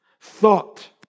thought